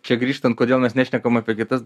čia grįžtant kodėl mes nešnekam apie kitas